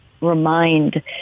remind